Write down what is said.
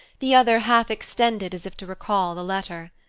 the other half extended as if to recall the letter.